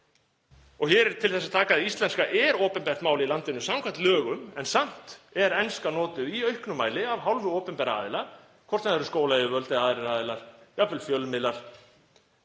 Hér er til þess að taka að íslenska er opinbert mál í landinu samkvæmt lögum en samt er enska notuð í auknum mæli af hálfu opinberra aðila, hvort sem það eru skólayfirvöld eða aðrir aðilar, jafnvel fjölmiðlar.